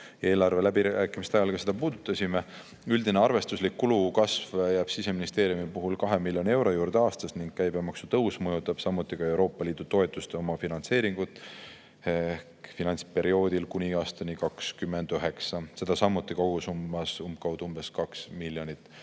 Eelarve läbirääkimiste ajal puudutasime seda ka. Üldine arvestuslik kulu kasv jääb Siseministeeriumi puhul 2 miljoni euro juurde aastas ning käibemaksu tõus mõjutab samuti Euroopa Liidu toetuste omafinantseeringut finantsperioodil kuni aastani 2029. Seda samuti kogusummas umbkaudu 2 miljonit